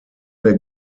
der